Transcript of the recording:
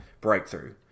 breakthrough